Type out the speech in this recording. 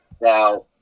Now